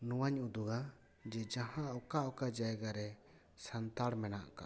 ᱱᱚᱣᱟᱧ ᱩᱫᱩᱜᱟ ᱡᱮ ᱡᱟᱦᱟᱸ ᱚᱠᱟ ᱚᱠᱟ ᱡᱟᱭᱜᱟ ᱨᱮ ᱥᱟᱱᱛᱟᱲ ᱢᱮᱱᱟᱜ ᱟᱠᱟᱫ ᱠᱚᱣᱟ